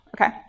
Okay